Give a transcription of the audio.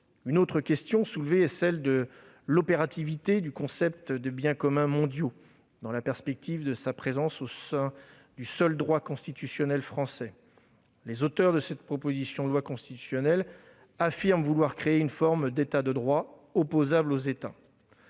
Une autre question soulevée est celle de l'opérativité du concept de « biens communs mondiaux » dans la perspective de sa présence au sein du seul droit constitutionnel français. Les auteurs de la proposition de loi constitutionnelle affirment vouloir créer une forme d'« État de droit opposable aux États